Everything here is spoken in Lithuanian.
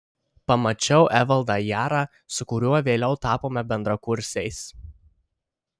pamačiau evaldą jarą su kuriuo vėliau tapome bendrakursiais